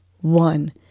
one